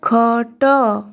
ଖଟ